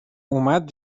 اومد